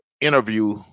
interview